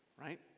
Right